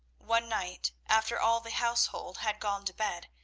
one night, after all the household had gone to bed,